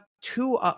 two